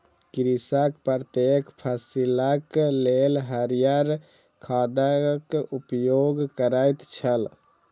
कृषक प्रत्येक फसिलक लेल हरियर खादक उपयोग करैत छल